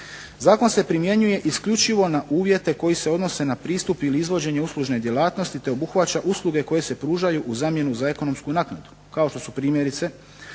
Zakon se primjenjuje isključivo na uvjete koji se odnose na pristup ili izvođenje uslužne djelatnosti, te obuhvaća usluge koje se pružaju u zamjenu za ekonomsku naknadu kao što su primjerice